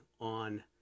on